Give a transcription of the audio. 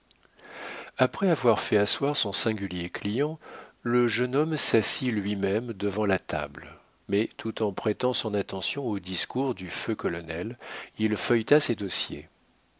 après avoir fait asseoir son singulier client le jeune homme s'assit lui-même devant la table mais tout en prêtant son attention au discours du feu colonel il feuilleta ses dossiers